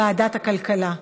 לוועדת הכלכלה נתקבלה.